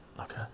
okay